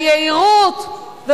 מהיהירות,